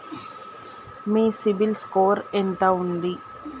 మీ CIBIL score ఎంత ఉంది?